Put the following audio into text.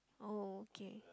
oh okay